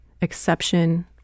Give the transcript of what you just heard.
exception